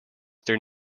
their